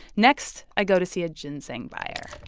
next, i go to see a ginseng buyer